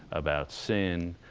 about sin,